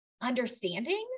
understandings